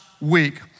week